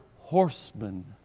horsemen